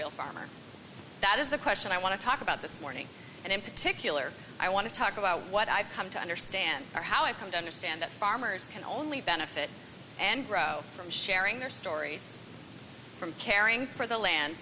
real farmer that is the question i want to talk about this morning and in particular i want to talk about what i've come to understand or how i've come to understand that farmers can only benefit and grow from sharing their stories from caring for the land